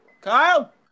Kyle